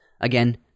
Again